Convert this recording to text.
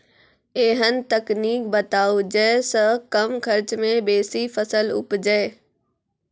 ऐहन तकनीक बताऊ जै सऽ कम खर्च मे बेसी फसल उपजे?